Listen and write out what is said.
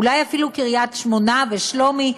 אולי אפילו בקריית-שמונה ובשלומי,